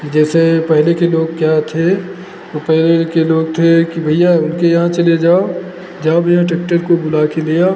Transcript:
जैसे पहले के लोग क्या थे ऊ पहले के लोग थे कि भैया उनके यहाँ चले जाओ जाओ भैया टेक्टर को बुला के ले आओ